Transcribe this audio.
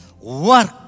work